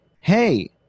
hey